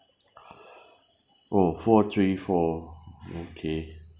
oh four three four okay